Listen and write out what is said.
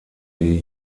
die